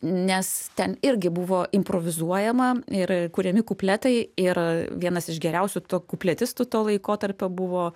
nes ten irgi buvo improvizuojama ir kuriami kupletai ir vienas iš geriausių to kupletistų to laikotarpio buvo